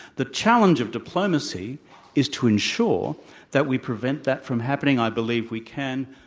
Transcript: the challenge of diplomacy is to ensure that we prevent that from happening. i believe we can.